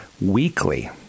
weekly